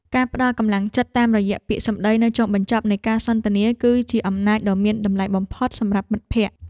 ការផ្ដល់កម្លាំងចិត្តតាមរយៈពាក្យសម្តីនៅចុងបញ្ចប់នៃការសន្ទនាគឺជាអំណោយដ៏មានតម្លៃបំផុតសម្រាប់មិត្តភក្តិ។